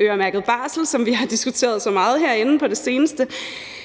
øremærket barsel, som vi har diskuteret så meget herinde på det seneste,